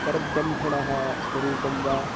परब्रह्मणः स्वरूपं वा